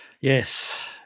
Yes